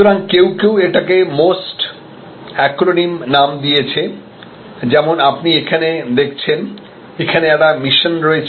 সুতরাং কেউ কেউ এটাকে মোস্ট অ্যাক্রোনিম নাম দিয়েছেযেমন আপনি এখানে দেখছেন প্রথমে একটি মিশন রয়েছে